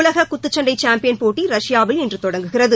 உலக குத்துச்சண்டை சாம்பியன் போட்டி ரஷ்யாவில் இன்று தொடங்குகிறது